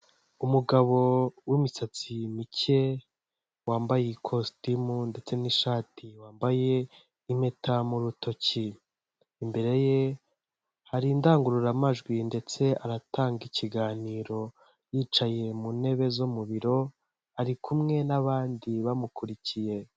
Umugabo wimisatsi mike, wambaye ikositimu ndetse n'ishati ,wambaye impeta mu rutoki. Imbere ye hari indangururamajwi ndetse aratanga ikiganiro yicaye mu ntebe zo mu biro. ari kumwe n'abandi bamukurikiye.